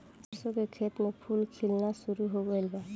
सरसों के खेत में फूल खिलना शुरू हो गइल बा